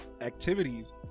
activities